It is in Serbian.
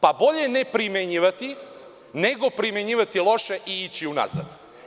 Pa bolje neprimenjivati, nego primenjivati loše i ići unazad.